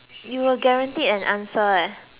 you were guaranteed an answer eh